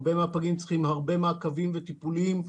הרבה מהפגים צריכים הרבה מעקבים וטיפולים.